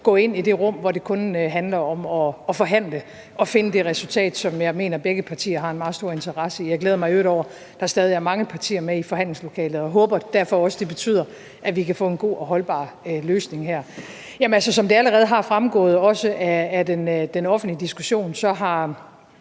gå ind i det rum, hvor det kun handler om at forhandle, og finde det resultat, som jeg mener at begge partier har en meget stor interesse i, og jeg glæder mig i øvrigt over, at der stadig er mange partier med i forhandlingslokalet, og håber derfor også, at det betyder, at vi kan få en god og holdbar løsning her. Som det allerede er fremgået, også af den offentlige diskussion, har